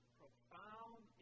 profound